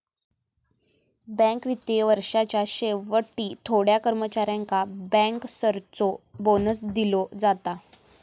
bank वित्तीय वर्षाच्या शेवटी थोड्या कर्मचाऱ्यांका बँकर्सचो बोनस दिलो जाता